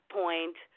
point